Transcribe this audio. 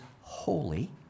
holy